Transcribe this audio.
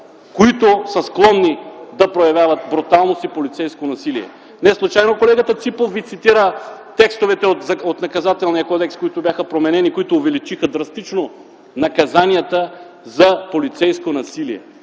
които са склонни да проявяват бруталност и полицейско насилие. Неслучайно колегата Ципов ви цитира текстовете от Наказателния кодекс, които бяха променени, които драстично увеличиха наказанията за полицейско насилие.